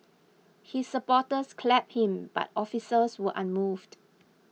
his supporters clapped him but officers were unmoved